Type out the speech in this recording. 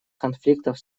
конфликтов